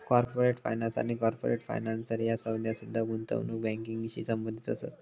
corporate finance आणि corporate financer ह्या संज्ञा सुद्धा गुंतवणूक बँकिंगशी संबंधित असत